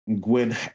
Gwen